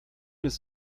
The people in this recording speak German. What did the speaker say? ist